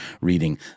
reading